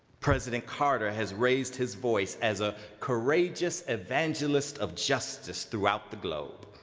president carter has raised his voice as a courageous evangelist of justice throughout the globe.